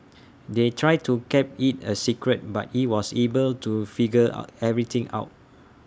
they tried to kept IT A secret but he was able to figure everything out